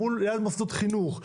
ליד מוסדות חינוך,